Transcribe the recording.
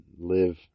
live